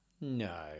No